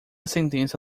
sentença